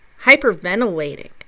hyperventilating